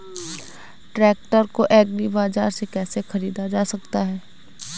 Tractor को agri बाजार से कैसे ख़रीदा जा सकता हैं?